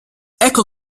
ecco